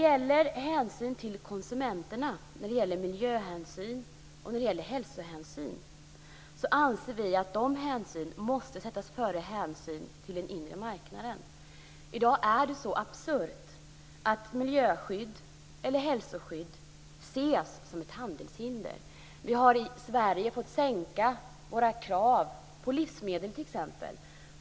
Vi anser att miljöhänsynen och hälsohänsynen till konsumenterna måste sättas före hänsynen till den inre marknaden. I dag är det så absurt att miljöskydd eller hälsoskydd ses som ett handelshinder. Nu har vi i Sverige fått sänka våra krav på t.ex. livsmedel.